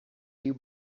you